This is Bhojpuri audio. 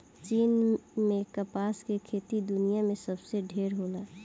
चीन में कपास के खेती दुनिया में सबसे ढेर होला